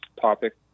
topic